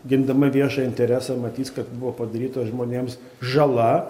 gindama viešąjį interesą matys kad buvo padaryta žmonėms žala